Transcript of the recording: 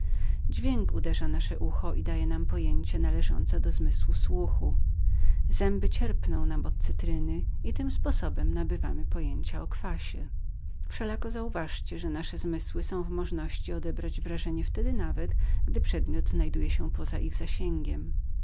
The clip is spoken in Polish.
dźwięk uderza nasze ucho i daje nam pojęcie należące do zmysłu słyszenia zęby cierpną nam od cytryny i tym sposobem nabywamy pojęcia o kwasie wszelako uważajcie że można sprawić na naszych zmysłach wrażenie wtedy nawet gdy rzeczywisty przedmiot nie znajduje się przed